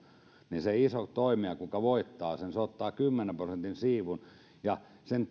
niin se iso toimija kuka voittaa sen ottaa kymmenen prosentin siivun ja sen